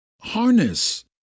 harness